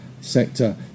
sector